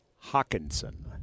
Hawkinson